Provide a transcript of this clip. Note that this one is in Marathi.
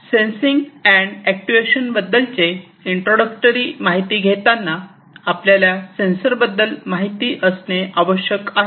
सेन्सिंग अँड अॅक्ट्युएशन बद्दलचे इंट्रोडक्शन माहिती घेताना आपल्याला सेन्सर बद्दल माहिती असणे आवश्यक आहे